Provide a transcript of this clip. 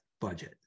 budget